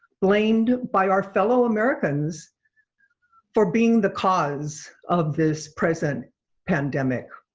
blamed by our fellow americans for being the cause of this present pandemic.